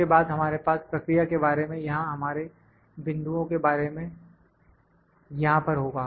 इसके बाद हमारे पास प्रक्रिया के बारे में या हमारे बिंदुओं के बारे में यहां पर होगा